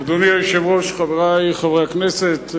היושב-ראש, חברי חברי הכנסת,